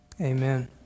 Amen